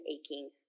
aching